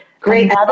Great